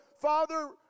father